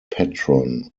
patron